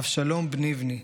אבשלום בני בני",